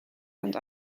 and